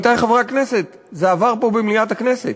אבל, עמיתי חברי הכנסת, זה עבר פה במליאת הכנסת.